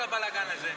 כל הבלגן הזה.